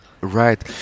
Right